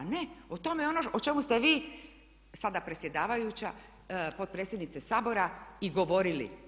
Ne, o tome je ono o čemu ste vi sada predsjedavajuća, potpredsjednice Sabora i govorili.